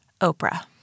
Oprah